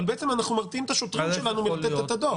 אבל בעצם אנחנו מרתיעים את השוטרים שלנו מלתת את הדוחות.